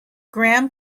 graham